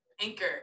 anchor